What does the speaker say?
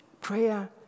Prayer